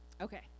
Okay